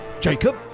Jacob